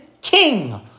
king